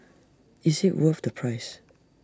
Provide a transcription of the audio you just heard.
is IT worth the price